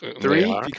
three